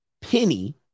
Penny